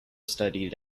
studied